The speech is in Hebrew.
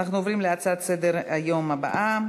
נעבור להצעות לסדר-היום בנושא: